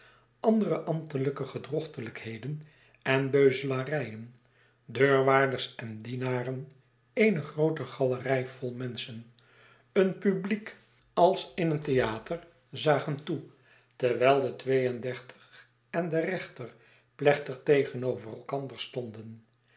andere ambtelijke gedrochtelijkheden enbeuzelarijen deurwaarders en dienaren eene groote galerij vol menschen een publiek als in een hij woedt tee boob veroqrdeelb theater zagen toe terwijl de twee en dertig en de rechter plechtig tegenover elkander stonden